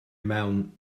mewn